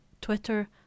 Twitter